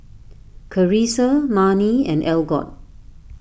Charissa Marni and Algot